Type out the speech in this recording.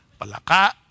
Palaka